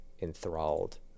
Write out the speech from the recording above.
enthralled